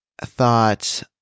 thought